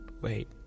Wait